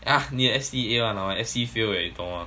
!huh! 你的 F_C_E A one !wah! 我的 F_C_E fail 的你懂吗